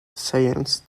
science